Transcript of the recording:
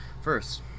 First